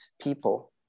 people